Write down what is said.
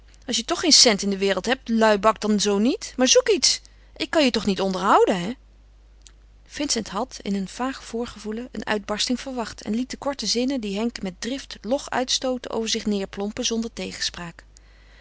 als je toch geen cent in de wereld hebt luibak dan zoo niet maar zoek iets ik kan je toch niet onderhouden hè vincent had in een vaag voorgevoelen een uitbarsting verwacht en liet de korte zinnen die henk met drift log uitstootte over zich neêrplompen zonder tegenspraak